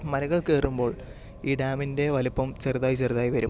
മലകൾ കയറുമ്പോൾ ഈ ഡാമിൻ്റെ വലുപ്പം ചെറുതായി ചെറുതായി വരും